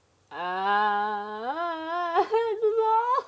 ah I don't know